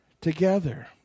together